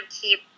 keep